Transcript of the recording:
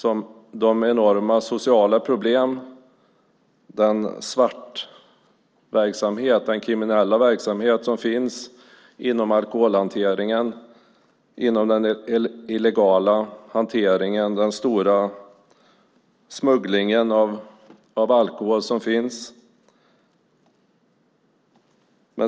Vi har enorma sociala problem, vi har den kriminella verksamhet som finns inom alkoholhanteringen, till exempel inom den illegala hanteringen och den stora smugglingen av alkohol.